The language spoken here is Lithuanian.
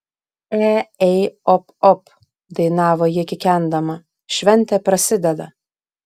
e ei op op dainavo ji kikendama šventė prasideda